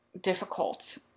difficult